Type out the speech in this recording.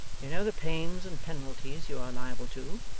you know the pains and penalties you are liable to,